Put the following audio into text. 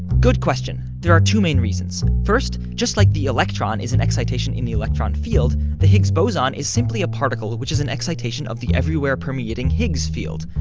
good question. there are two main reasons. first, just like the electron is an excitation in the electron field, the higgs boson is simply a particle which is an excitation of the everywhere-permeating higgs field.